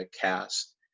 cast